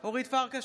אורית פרקש